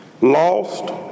Lost